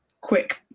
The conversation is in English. quick